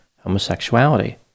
homosexuality